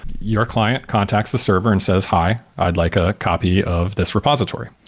your client contacts the server and says, hi, i'd like a copy of this repository.